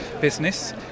business